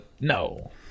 No